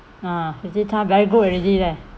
ah fifty time very good already leh